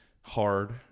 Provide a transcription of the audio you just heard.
hard